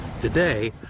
Today